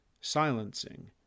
silencing